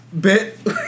bit